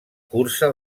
cursa